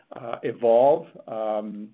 evolve